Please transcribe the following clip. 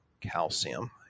calcium